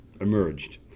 emerged